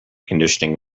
conditioning